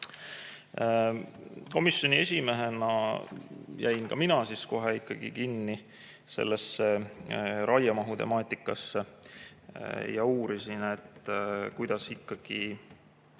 Komisjoni esimehena jäin ka mina kohe ikkagi kinni sellesse raiemahu temaatikasse ja uurisin, kuidas iga-aastast